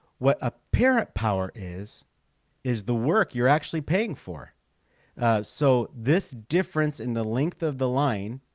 what apparent power is is the work you're actually paying for so this difference in the length of the line?